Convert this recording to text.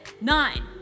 nine